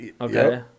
Okay